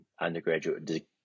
undergraduate